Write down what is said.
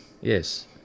Yes